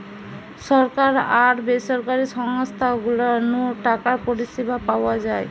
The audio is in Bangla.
সরকার আর বেসরকারি সংস্থা গুলা নু টাকার পরিষেবা পাওয়া যায়